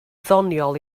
ddoniol